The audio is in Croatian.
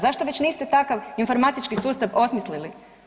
Zašto već niste takav informatički sustav osmislili?